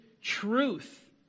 truth